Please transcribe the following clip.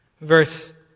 Verse